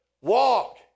walk